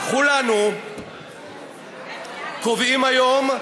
וכולנו קובעים היום,